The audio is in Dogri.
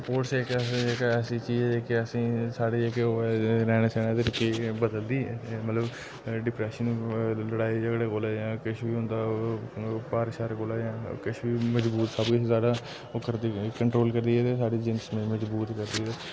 स्पोर्ट्स एक एक ऐसी चीज ऐ जेह्की असेंगी साढ़ी जेह्ड़ी ओह् ऐ रैह्न सैह्न गी बदलदी ऐ मतलब डिप्रेशन लड़ाई झगड़े कोला जां किश बी होंदा भार शार कोला जां किश बी मजबूत सब किश साढ़ा ओह् करदी कंट्रोल करदी ते साढ़े जीन्स मजबूत करदी ऐ